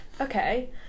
Okay